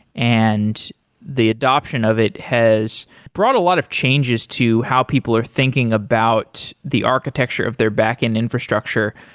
and the adoption of it has brought a lot of changes to how people are thinking about the architecture of their back-end infrastructure,